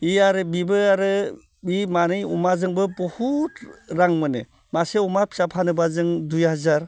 E आरो बिबो आरो बि मानै अमाजोंबो बुहुद रां मोनो मासे अमा फिसा फानोब्ला जों दुइ हाजार